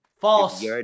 False